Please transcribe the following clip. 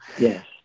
Yes